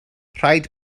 rhaid